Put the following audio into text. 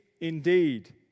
indeed